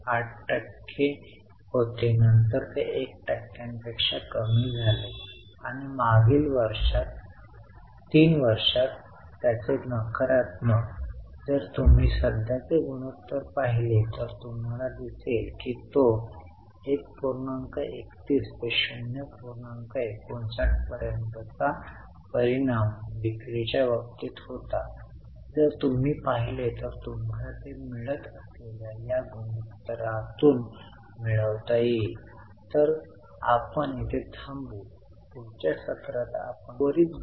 आता तुम्हाला तीनही स्टेटमेन्ट समजली असतील तर कृपया तुमच्या कंपनीतील किमान काही कंपन्यांची स्टेटमेन्ट्स वाचा आणि सोपी पी आणि एल आणि बॅलन्स शीट तयार करण्याचा प्रयत्न करा आणि एक किंवा दोन आठवड्यानंतर आपण आणखी काही स्टेटमेंट्स तयारी साठी जाऊ